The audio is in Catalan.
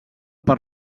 per